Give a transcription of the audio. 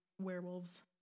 werewolves